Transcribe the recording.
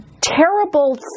terrible